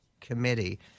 committee